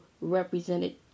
represented